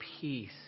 peace